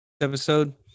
episode